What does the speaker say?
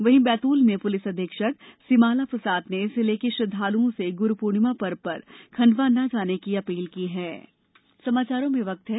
वहीं बैतूल में पुलिस अधीक्षक सिमाला प्रसाद ने जिले के श्रद्वालुओं से गुरू पूर्णिमा पर्व पर खंडवा न जाने की अपील की है